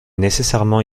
nécessairement